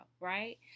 Right